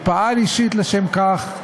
הוא פעל אישית לשם כך.